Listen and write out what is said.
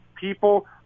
People